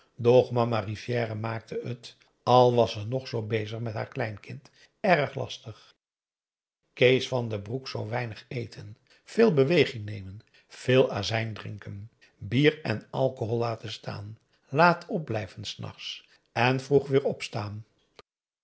maurits rivière maakte het al was ze nog zoo bezig met haar kleinkind erg lastig kees van den broek zou weinig eten veel beweging nemen veel azijn drinken bier en alcohol laten staan laat opblijven s nachts en vroeg weer opstaan